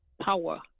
power